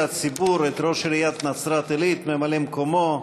את ממלא-מקומו,